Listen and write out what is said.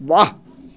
वाह